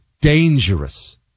dangerous